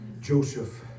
Joseph